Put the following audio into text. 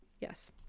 Yes